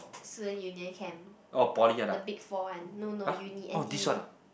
student union camp the big four one no no uni N_T_U